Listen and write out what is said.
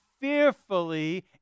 fearfully